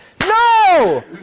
No